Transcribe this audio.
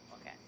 okay